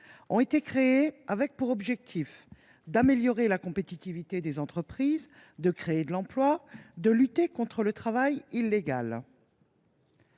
initialement pour objectifs d’améliorer la compétitivité des entreprises, de créer de l’emploi et de lutter contre le travail illégal.